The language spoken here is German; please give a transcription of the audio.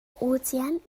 ozean